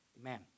Amen